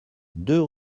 deux